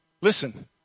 Listen